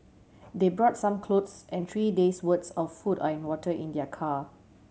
they brought some clothes and three days' worth of food and water in their car